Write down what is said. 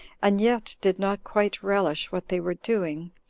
and yet did not quite relish what they were doing,